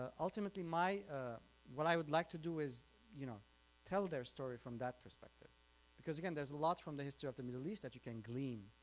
ah ultimately what what i would like to do is you know tell their story from that perspective because again there's a lot from the history of the middle east that you can glean.